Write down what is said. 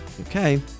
Okay